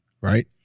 right